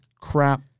crap